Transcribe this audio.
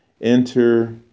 enter